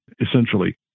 essentially